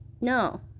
no